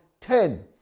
ten